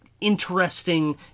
interesting